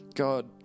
God